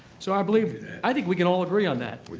so i believe i think we can all agree on that.